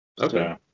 Okay